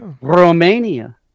Romania